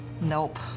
Nope